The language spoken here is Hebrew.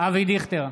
אבי דיכטר,